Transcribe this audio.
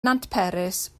nantperis